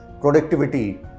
Productivity